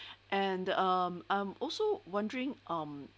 and I'm I'm also wondering um